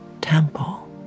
temple